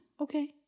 Okay